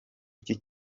iki